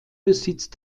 besitzt